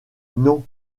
non